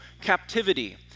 captivity